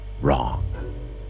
wrong